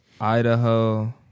Idaho